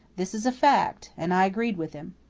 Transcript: this is a fact. and i agreed with him.